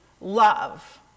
love